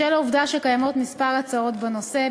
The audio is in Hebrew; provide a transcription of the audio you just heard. בשל העובדה שקיימות כמה הצעות בנושא,